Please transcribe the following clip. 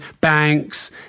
banks